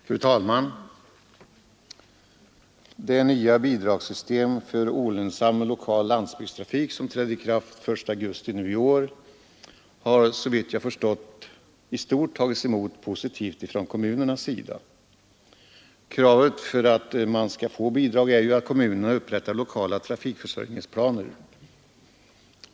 Fru talman! Det nya bidragssystemet för olönsam lokal landsbygdstrafik, vilket träder i kraft den 1 augusti i år, har såvitt jag förstått i stort tagits emot positivt ifrån kommunernas sida. Villkoret för att man skall få bidrag är ju att kommunerna upprättar lokala trafikförsörjningsplaner.